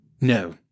no